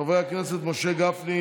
חברי הכנסת משה גפני,